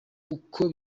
uko